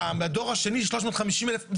לדור השני 350,000 שקל.